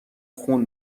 خون